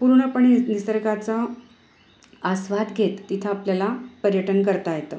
पूर्णपणे निसर्गाचा आस्वाद घेत तिथं आपल्याला पर्यटन करता येतं